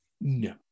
No